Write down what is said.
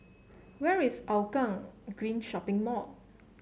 where is Hougang Green Shopping Mall